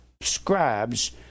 scribes